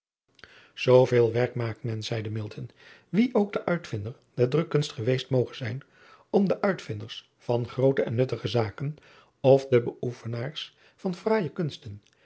ooveel werk maakt men zeide wie ook de uitvinder der rukkunst geweest moge zijn om de uitvinders van groote en nuttige zaken of de beoefenaars van fraaije kunsten